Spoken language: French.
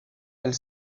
elle